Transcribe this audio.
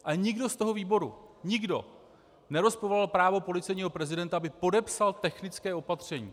Ale nikdo z toho výboru nikdo nerozporoval právo policejního prezidenta, aby podepsal technické opatření.